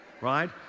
right